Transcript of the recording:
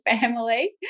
family